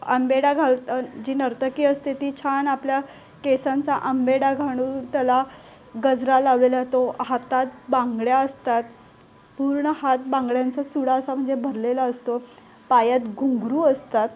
अंबाडा घाल जी नर्तकी असते ती छान आपल्या केसांचा अंबाडा घालून त्याला गजरा लावलेला तो हातात बांगड्या असतात पूर्ण हात बांगड्यांचा चुडा असा म्हणजे भरलेला असतो पायात घुंघरू असतात